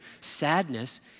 sadness